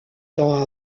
temps